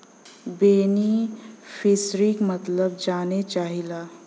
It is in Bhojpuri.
बेनिफिसरीक मतलब जाने चाहीला?